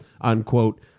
unquote